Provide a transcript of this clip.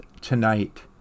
Tonight